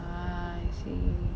ah I see